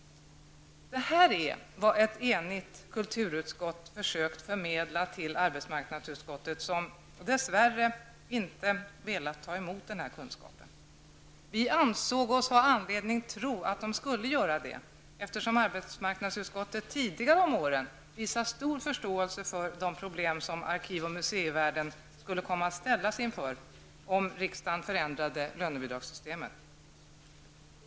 Det här är vad ett enigt kulturutskott försökt förmedla till arbetsmarknadsutskottet, som dess värre inte velat ta emot denna kunskap. Vi ansåg oss ha anledning att tro att man skulle göra det, eftersom arbetsmarknadsutskottet tidigare om åren visat stor förståelse för de problem som arkiv och museivärlden skulle komma att ställas inför, om riksdagen förändrade lönebidragssystemet.